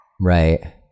Right